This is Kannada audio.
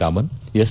ರಾಮನ್ ಎಸ್